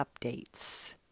updates